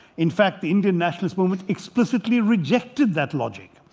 in fact, the indian nationalist movement explicitly rejected that logic.